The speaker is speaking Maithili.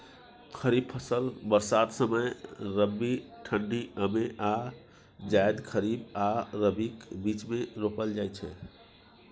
खरीफ फसल बरसात समय, रबी ठंढी यमे आ जाएद खरीफ आ रबीक बीचमे रोपल जाइ छै